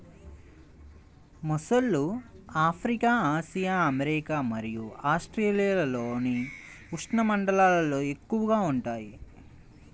మొసళ్ళు Africa, Asia, America మరియు ఆస్ట్రేలియాలోని ఉష్ణమండలాల్లో ఎక్కువగా ఉంటాయి